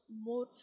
more